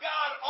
God